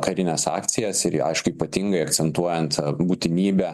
karines akcijas ir aišku ypatingai akcentuojant būtinybę